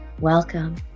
welcome